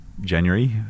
January